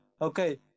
okay